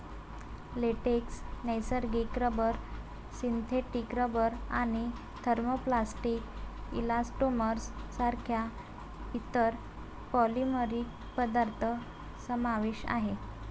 latex, नैसर्गिक rubber, synthetic rubber आणि thermoplastic elastomers सारख्या इतर पॉलिमरिक पदार्थ समावेश आहे